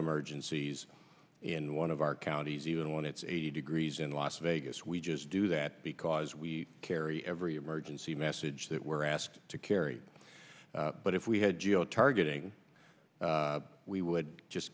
emergencies in one of our counties even when it's eighty degrees in las vegas we just do that because we carry every emergency message that we're asked to carry but if we had geo targeting we would just